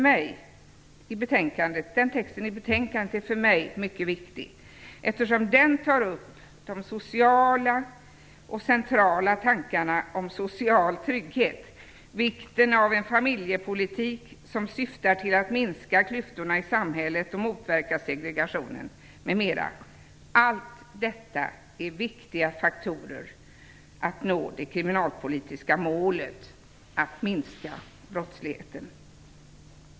Men den texten i betänkandet är för mig mycket viktig, eftersom det i den tas upp de sociala och centrala tankarna om social trygghet, vikten av en familjepolitik som syftar till att minska klyftorna i samhället och motverka segregationen m.m. Allt detta är viktiga faktorer för att man skall nå det kriminalpolitiska målet att minska brottsligheten.